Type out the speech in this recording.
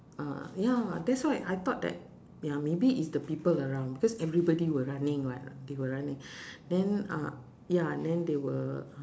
ah ya that's why I thought that ya maybe is the people around because everybody were running [what] they were running then uh ya then they were